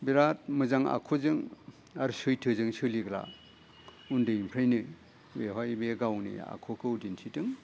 बिराथ मोजां आखुजों आरो सैथोजों सोलिग्रा उन्दैनिफ्रायनो बेवहाय बेयो गावनि आखुखौ दिन्थिदों